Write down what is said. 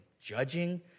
judging